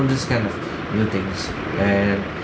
kind of new things and